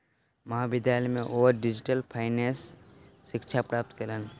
महाविद्यालय में ओ डिजिटल फाइनेंस के शिक्षा प्राप्त कयलैन